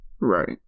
Right